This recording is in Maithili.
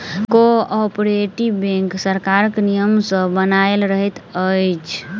कोऔपरेटिव बैंक सरकारक नियम सॅ बन्हायल रहैत अछि